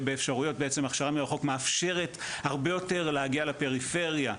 באפשרויות בעצם הכשרה מרחוק מאפשרת הרבה יותר להגיע לפריפריה,